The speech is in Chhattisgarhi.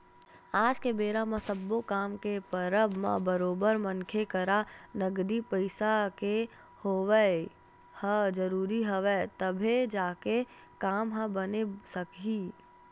आज के बेरा म सब्बो काम के परब म बरोबर मनखे करा नगदी पइसा के होवई ह जरुरी हवय तभे जाके काम ह बने सकही